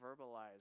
verbalize